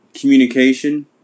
communication